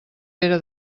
pere